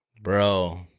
bro